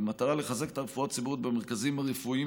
במטרה לחזק את הרפואה הציבורית במרכזים הרפואיים,